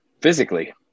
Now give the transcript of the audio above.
physically